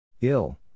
Ill